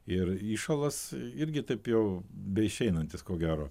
ir įšalas irgi taip jau beišeinantis ko gero